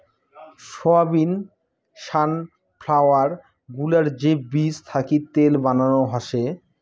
soybean, sunflower গুলার যে বীজ থাকি তেল বানানো হসে